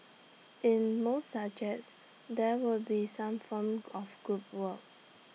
in most subjects there will be some form of group work